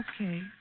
Okay